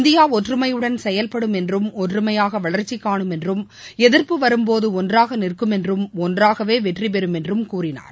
India ஒற்றுமையுடன் செயல்படும் என்றும் ஒற்றுமையாக வளர்ச்சிக் கானும் என்றும் எதிர்ப்பு வரும் போது ஒன்றாக நிற்கும் என்றும் ஒன்றாகவே வெற்றி பெறும் என்றும் கூறினார்